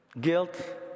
Guilt